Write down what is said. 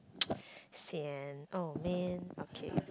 sian oh man okay